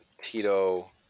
Tito